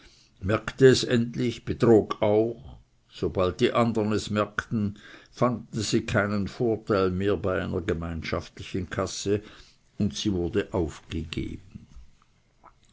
merkte es endlich betrog auch sobald die andern es merkten fanden sie keinen vorteil mehr bei einer gemeinschaftlichen kasse und sie wurde aufgegeben